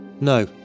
No